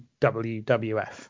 WWF